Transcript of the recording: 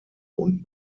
und